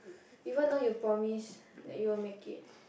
even though you promise that you will make it